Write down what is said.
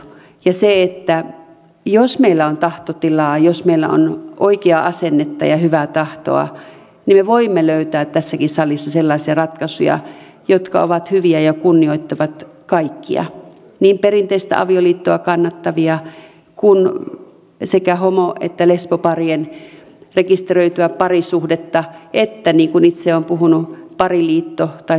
ja jos meillä on tahtotilaa jos meillä on oikeaa asennetta ja hyvää tahtoa niin me voimme löytää tässäkin salissa sellaisia ratkaisuja jotka ovat hyviä ja kunnioittavat kaikkia niin perinteistä avioliittoa kannattavia kuin sekä homo että lesboparien rekisteröityä parisuhdetta niin kuin itse olen puhunut pariliitosta tai sopimusliitosta